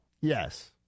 Yes